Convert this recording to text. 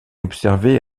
observée